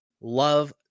love